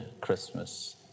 Christmas